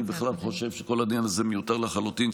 אני בכלל חושב שכל הדיון הזה מיותר לחלוטין.